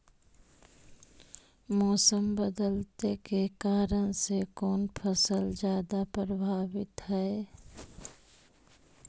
मोसम बदलते के कारन से कोन फसल ज्यादा प्रभाबीत हय?